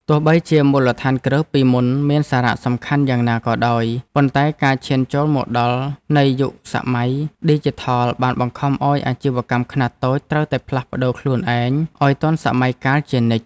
ទោះបីជាមូលដ្ឋានគ្រឹះពីមុនមានសារៈសំខាន់យ៉ាងណាក៏ដោយ ប៉ុន្តែការឈានចូលមកដល់នៃយុគសម័យឌីជីថលបានបង្ខំឱ្យអាជីវកម្មខ្នាតតូចត្រូវតែផ្លាស់ប្តូរខ្លួនឯងឱ្យទាន់សម័យកាលជានិច្ច។